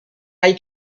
hay